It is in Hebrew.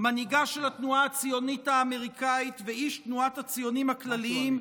מנהיגה של התנועה הציונית האמריקאית ואיש תנועת הציונים הכלליים,